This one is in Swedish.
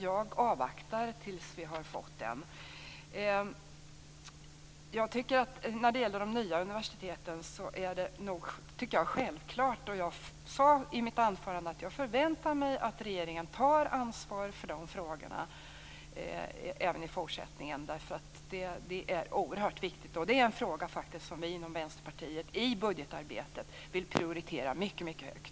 Jag avvaktar tills vi har fått den. I fråga om de nya universiteten sade jag i mitt anförande att jag förväntar mig att regeringen tar ansvar för de frågorna även i fortsättningen. Det är oerhört viktigt. Vi prioriterar de frågorna högt i budgetarbetet i Vänsterpartiet.